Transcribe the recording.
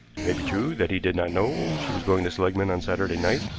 it may be true that he did not know she was going to seligmann on saturday night,